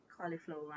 cauliflower